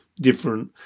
different